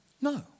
no